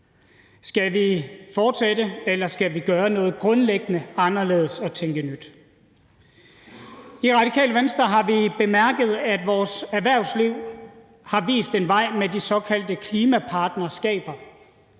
Skal vi fortsætte, eller skal vi gøre noget grundlæggende anderledes og tænke nyt? I Radikale Venstre har vi bemærket, at vores erhvervsliv har vist en vej med de såkaldte klimapartnerskaber.